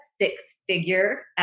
six-figure